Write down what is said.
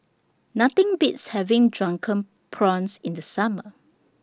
Nothing Beats having Drunken Prawns in The Summer